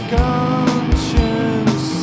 conscience